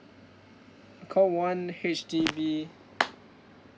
call one H_D_B